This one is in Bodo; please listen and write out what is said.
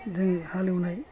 जों हालेवनाय